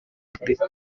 afurika